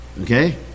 Okay